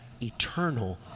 eternal